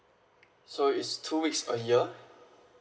so it's two weeks a year